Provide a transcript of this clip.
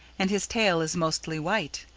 and his tail is mostly white.